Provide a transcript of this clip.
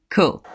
Cool